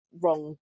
wrong